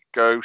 go